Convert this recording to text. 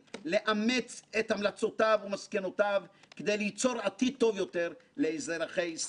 לאמץ את המלצותיו ומסקנותיו כדי ליצור עתיד טוב יותר לאזרחי ישראל.